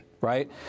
right